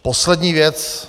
Poslední věc.